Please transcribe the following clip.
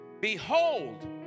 Behold